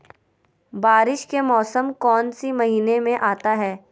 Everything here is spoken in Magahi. बारिस के मौसम कौन सी महीने में आता है?